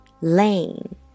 Lane